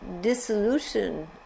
dissolution